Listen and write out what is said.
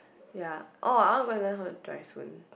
ya oh I want to go and learn how to drive soon